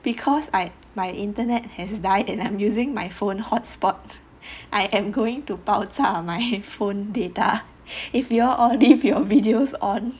because I my internet has died and then I'm using my phone hot spot I am going to 爆炸 my handphone data if you all leave your videos on